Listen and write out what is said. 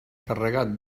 carregat